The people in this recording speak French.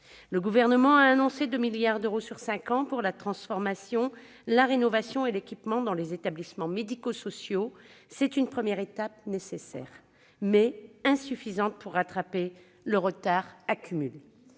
Le Gouvernement a annoncé 2 milliards d'euros sur cinq ans pour la transformation, la rénovation et l'équipement des établissements médico-sociaux, c'est une première étape nécessaire, mais insuffisante pour rattraper le retard accumulé.